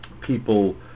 People